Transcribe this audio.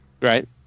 Right